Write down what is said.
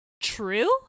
true